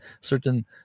certain